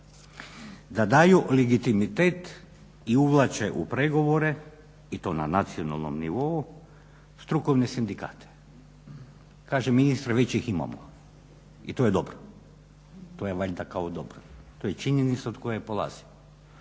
Da daju legitimitet i uvlače u pregovore i to na nacionalnom nivou strukovne sindikate. Kaže ministar već ih imamo i to je dobro, to je valjda kao dobro. To je činjenica od koje polazimo.